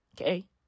Okay